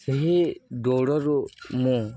ସେହି ଦୌଡ଼ରୁ ମୁଁ